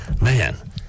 man